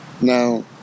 now